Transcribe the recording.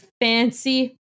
fancy